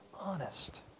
honest